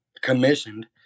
commissioned